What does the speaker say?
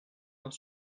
dans